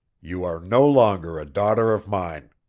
you are no longer a daughter of mine!